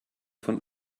von